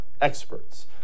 experts